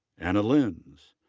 anna lins.